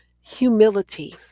humility